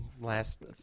Last